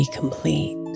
complete